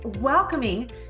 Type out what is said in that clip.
welcoming